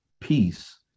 peace